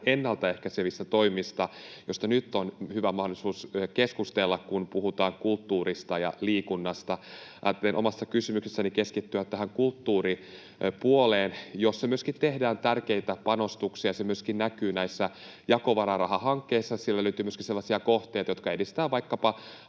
ennalta ehkäisevistä toimista, joista nyt on hyvä mahdollisuus keskustella, kun puhutaan kulttuurista ja liikunnasta. Ajattelin omassa kysymyksessäni keskittyä kulttuuripuoleen, jossa myöskin tehdään tärkeitä panostuksia. Se myöskin näkyy näissä jakovararahahankkeissa. Sieltä löytyy myöskin sellaisia kohteita, jotka edistävät vaikkapa